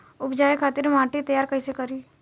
उपजाये खातिर माटी तैयारी कइसे करी?